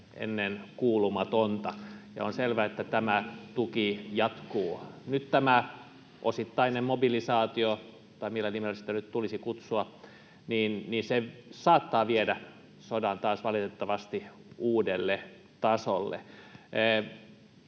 ennenkuulumatonta, ja on selvää, että tämä tuki jatkuu. Nyt tämä osittainen mobilisaatio, tai millä nimellä sitä nyt tulisi kutsua, saattaa viedä sodan taas valitettavasti uudelle tasolle.